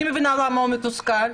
אני מבינה למה הוא מתוסכל,